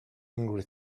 angry